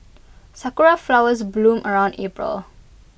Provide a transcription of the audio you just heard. Sakura Flowers bloom around April